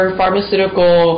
pharmaceutical